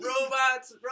robots